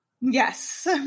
yes